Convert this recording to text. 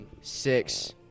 Six